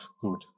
good